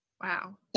Wow